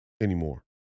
anymore